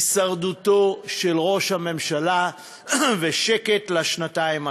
הישרדותו של ראש הממשלה ושקט לשנתיים הקרובות,